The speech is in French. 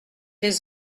les